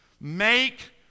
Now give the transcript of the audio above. Make